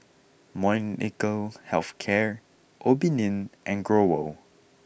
Molnylcke health care Obimin and Growell